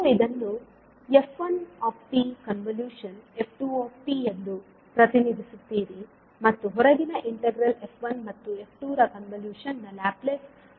ನೀವು ಇದನ್ನು f1 t convolution f2 t ಎಂದು ಪ್ರತಿನಿಧಿಸುತ್ತೀರಿ ಮತ್ತು ಹೊರಗಿನ ಇಂಟಿಗ್ರಲ್ f1 ಮತ್ತು f2 ರ ಕನ್ವಲೂಶನ್ ನ ಲ್ಯಾಪ್ಲೇಸ್ ಆಗಿರುತ್ತದೆ